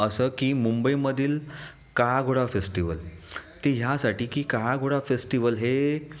असं की मुंबईमधील काळा घोडा फेस्टिवल ते ह्यासाठी की काळा घोडा फेस्टिवल हे